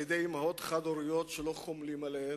על-ידי אמהות חד-הוריות שלא חומלים עליהן.